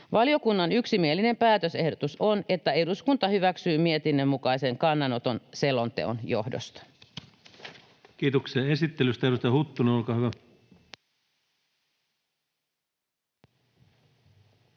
Valiokunnan yksimielinen päätösehdotus on, että eduskunta hyväksyy mietinnön mukaisen kannanoton selonteon johdosta. [Speech 140] Speaker: Ensimmäinen varapuhemies